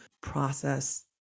process